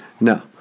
no